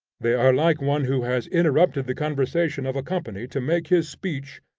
they are like one who has interrupted the conversation of a company to make his speech,